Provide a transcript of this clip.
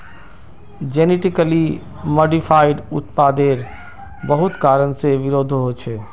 genetically modified उत्पादेर बहुत कारण से विरोधो होछे